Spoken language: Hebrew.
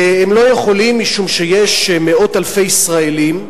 כי יש מאות-אלפי ישראלים,